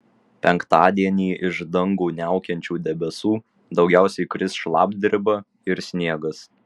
penktadienį iš dangų niaukiančių debesų daugiausiai kris šlapdriba ir sniegas